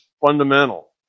fundamental